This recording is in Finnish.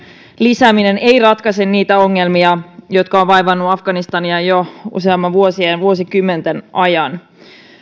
lisääminen ei ratkaise niitä ongelmia jotka ovat vaivanneet afganistania jo useiden vuosien ja vuosikymmenten ajan